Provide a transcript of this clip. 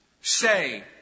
say